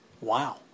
Wow